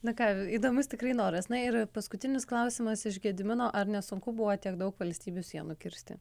na ką įdomus tikrai noras na ir paskutinis klausimas iš gedimino ar nesunku buvo tiek daug valstybių sienų kirsti